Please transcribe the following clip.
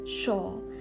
sure